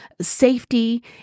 safety